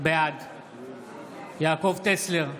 בעד יעקב טסלר,